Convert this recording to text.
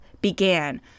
began